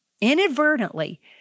inadvertently